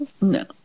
no